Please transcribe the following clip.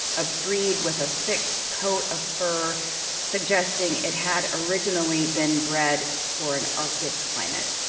a breed with a thick coat of fur suggesting it had originally been bred for an arctic climate.